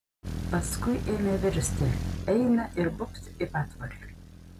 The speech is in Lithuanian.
paskui ėmė virsti eina ir bubt į patvorį